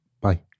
bye